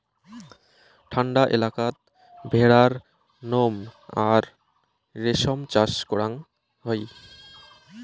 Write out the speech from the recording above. ঠান্ডা এলাকাত ভেড়ার নোম আর রেশম চাষ করাং হই